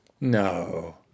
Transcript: No